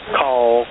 call